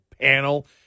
panel